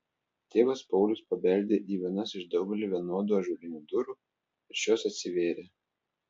tėvas paulius pabeldė į vienas iš daugelio vienodų ąžuolinių durų ir šios atsivėrė